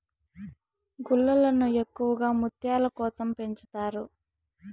గుల్లలను ఎక్కువగా ముత్యాల కోసం పెంచుతారు